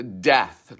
Death